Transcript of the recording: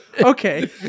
Okay